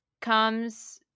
comes